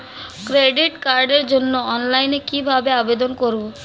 Credit কার্ডের জন্য অনলাইনে কিভাবে আবেদন করব?